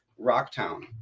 Rocktown